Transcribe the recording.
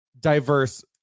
diverse